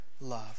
love